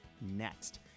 next